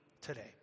today